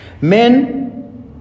men